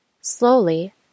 Slowly